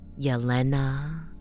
Yelena